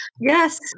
Yes